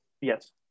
Yes